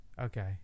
okay